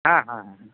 হ্যাঁ হ্যাঁ হ্যাঁ